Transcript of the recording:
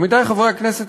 עמיתי חברי הכנסת,